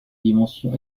dimension